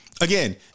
Again